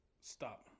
stop